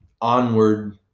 Onward